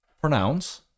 Pronounce